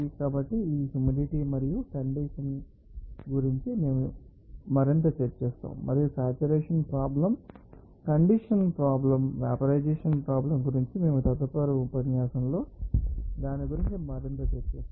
కాబట్టి ఈ హ్యూమిడిటీ మరియు కండెన్సషన్ గురించి మేము మరింత చర్చిస్తాము మరియు saturation problem condensation problem vaporisation problem గురించి మేము తదుపరి ఉపన్యాసంలో దాని గురించి మరింత చర్చిస్తాము